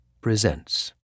presents